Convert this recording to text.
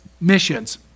missions